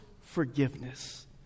forgiveness